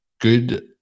good